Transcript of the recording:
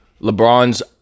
LeBron's